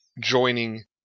joining